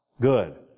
Good